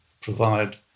provide